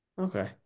Okay